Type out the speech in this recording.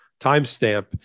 timestamp